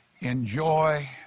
enjoy